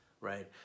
right